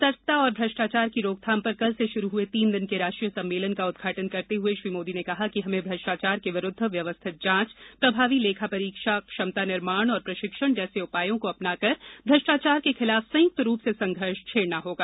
सतर्कता और भ्रष्टाचार की रोकथाम पर कल से शुरू हुए तीन दिन के राष्ट्रीय सम्मेलन का उद्घाटन करते हुए श्री मोदी ने कहा कि हमें भ्रष्टाचार के विरूद्व व्यवस्थित जांच प्रभावी लेखा परीक्षा क्षमता निर्माण और प्रशिक्षण जैसे उपायों को अपनाकर भ्रष्टाचार के खिलाफ संयुक्त रूप से संघर्ष छेड़ना होगा